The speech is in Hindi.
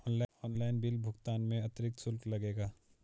ऑनलाइन बिल भुगतान में कोई अतिरिक्त शुल्क लगेगा?